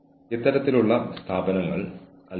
അതിനാൽ ഇവയെല്ലാം പ്രകടന നയങ്ങളിൽ ഉൾപ്പെടുത്തണം